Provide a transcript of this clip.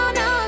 no